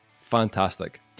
fantastic